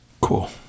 Cool